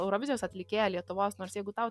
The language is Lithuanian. eurovizijos atlikėją lietuvos nors jeigu tau